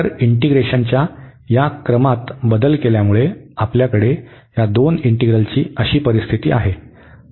तर इंटीग्रेशनाच्या या क्रममध्ये बदल केल्यामुळे आपल्याकडे या दोन इंटीग्रलची अशी परिस्थिती आहे